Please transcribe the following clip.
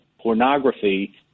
pornography